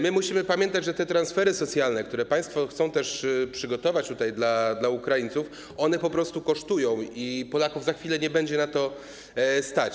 My musimy pamiętać, że te transfery socjalne, które państwo chcą przygotować dla Ukraińców, po prostu kosztują i Polaków za chwilę nie będzie na to stać.